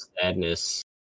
Sadness